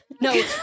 no